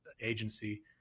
agency